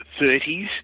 30s